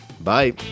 Bye